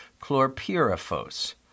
chlorpyrifos